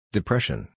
Depression